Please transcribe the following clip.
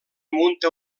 munta